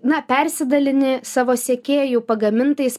na persidalini savo sekėjų pagamintais